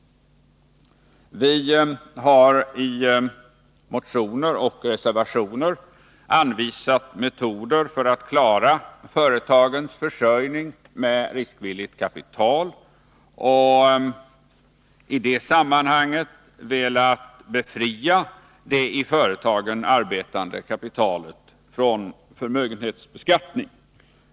Vi har i motioner och reservationer anvisat metoder för att klara företagens försörjning med riskvilligt kapital och i det sammanhanget velat befria det i företagen arbetande kapitalet från förmögenhetsbeskattning.